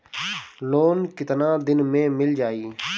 Loan कितना दिन में मिल जाई?